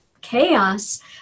chaos